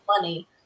money